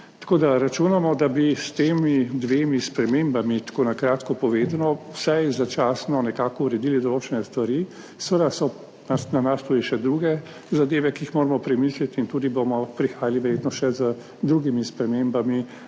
Tako, da računamo, da bi s tema dvema spremembama tako na kratko povedano, vsaj začasno nekako uredili določene stvari, seveda so na nas tudi še druge zadeve, ki jih moramo premisliti in tudi bomo prihajali verjetno še z drugimi spremembami,